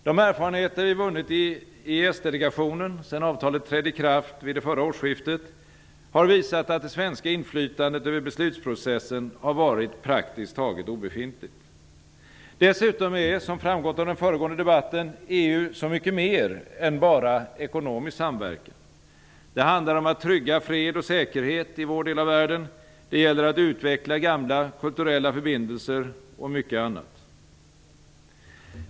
De erfarenheter vi vunnit i EES delegationen, sedan avtalet trädde i kraft vid det förra årsskiftet, har visat att det svenska inflytandet över beslutsprocessen har varit praktiskt taget obefintligt. Dessutom är, som framgått av den föregående debatten, EU så mycket mer än bara ekonomisk samverkan. Det handlar om att trygga fred och säkerhet i vår del av världen, det gäller att utveckla gamla kulturella förbindelser och mycket annat.